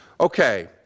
Okay